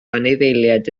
anifeiliaid